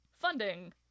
funding